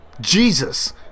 Jesus